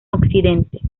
occidente